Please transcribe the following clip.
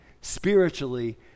spiritually